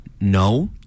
no